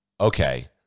Okay